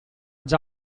già